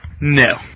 No